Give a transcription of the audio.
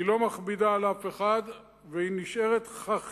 היא לא מכבידה על אף אחד, והיא נשארת חכירה,